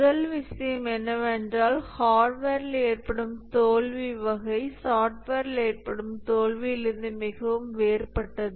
முதல் விஷயம் என்னவென்றால் ஹார்ட்வேரில் ஏற்படும் தோல்வி வகை சாஃப்ட்வேரில் ஏற்படும் தோல்வியிலிருந்து மிகவும் வேறுபட்டது